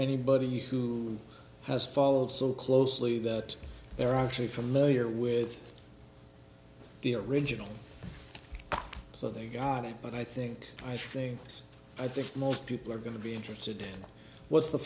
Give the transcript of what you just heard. anybody who has followed so closely that they're actually familiar with the original so they got it but i think i should say i think most people are going to be interested in what's the